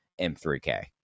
m3k